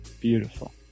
Beautiful